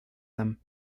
them